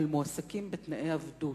אבל מועסקים בתנאי עבדות.